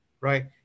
right